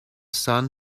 sun